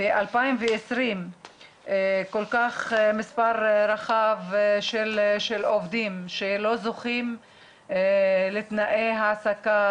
שבשנת 2020 מספר כל כך גדול של עובדים לא זוכים לתנאי העסקה